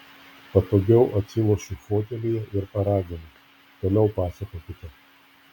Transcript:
patogiau atsilošiu fotelyje ir paraginu toliau pasakokite